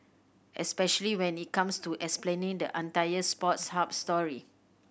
especially when it comes to explaining the entire Sports Hub story